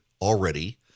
already